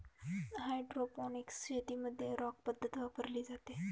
hydroponics शेतीमध्ये rock पद्धत वापरली जाते